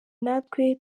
natwe